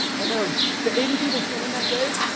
and of the eighty people swimming that day,